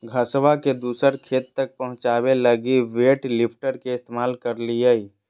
घसबा के दूसर खेत तक पहुंचाबे लगी वेट लिफ्टर के इस्तेमाल करलियै